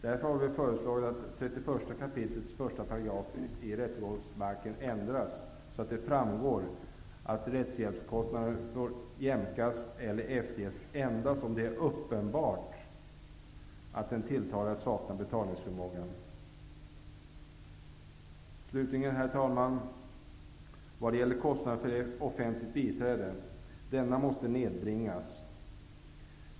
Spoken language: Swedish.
Därför har vi föreslagit att 31 kap. 1 § rättegångsbalken ändras så, att det framgår att rättshjälpskostnader får jämkas eller efterges endast om det är uppenbart att den tilltalade saknar betalningsförmåga. Herr talman! Slutligen vill jag säga att kostnaden för offentligt biträde måste nedbringas.